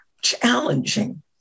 Challenging